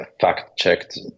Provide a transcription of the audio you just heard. fact-checked